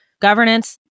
governance